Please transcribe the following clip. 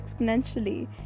exponentially